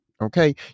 okay